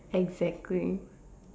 exactly